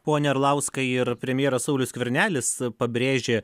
pone arlauskai ir premjeras saulius skvernelis pabrėžė